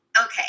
Okay